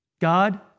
God